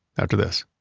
after this.